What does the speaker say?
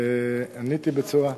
עניתי בצורה,